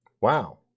Wow